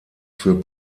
für